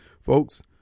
Folks